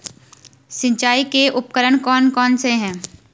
सिंचाई के उपकरण कौन कौन से हैं?